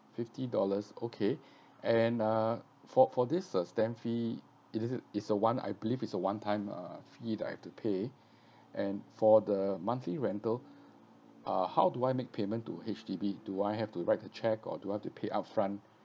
fifty dollars okay and uh for for these uh stamp fee is it it's a one I believe it's a one time uh fee that I hvae to pay and for the monthly rental uh how do I make payment to H_D_B do I have to write a cheque or do I have to pay upfront